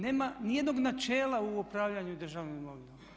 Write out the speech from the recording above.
Nema ni jednog načela u upravljanju državnom imovinom.